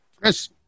Chris